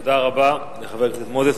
תודה רבה לחבר הכנסת מוזס.